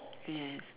yes